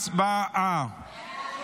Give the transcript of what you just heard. הצבעה.